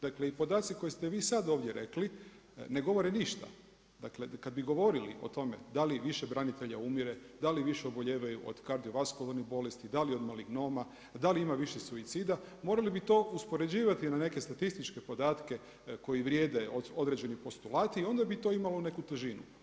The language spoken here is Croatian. Dakle i podaci koje ste vi sada ovdje rekli ne govore ništa, dakle kada bi govorili o tome da li više branitelja umire, da li više obolijevaju od kardiovaskularnih bolesti, da li od malignoma, da li ima više suicida, morali bi to uspoređivati na neke statističke podatke koji vrijede, određeni postulati i onda bi to imalo neku težinu.